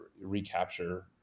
recapture